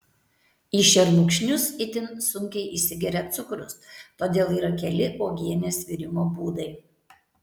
į šermukšnius itin sunkiai įsigeria cukrus todėl yra keli uogienės virimo būdai